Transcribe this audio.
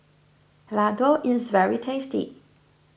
Ladoo is very tasty